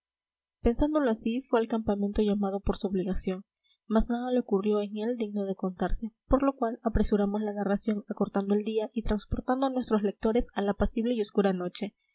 abuelo pensándolo así fue al campamento llamado por su obligación mas nada le ocurrió en él digno de contarse por lo cual apresuramos la narración acortando el día y transportando a nuestros lectores a la apacible y oscura noche